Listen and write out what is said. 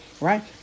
right